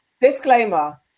Disclaimer